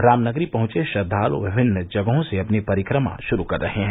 रामनगरी पहुंचे श्रद्वालु विभिन्न जगहों से अपनी परिक्रमा शुरू कर रहे हैं